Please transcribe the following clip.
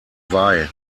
wei